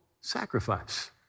sacrifice